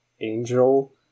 angel